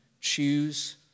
choose